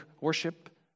worship